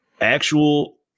actual